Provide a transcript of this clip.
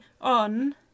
on